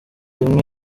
rimwe